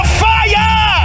fire